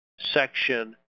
Section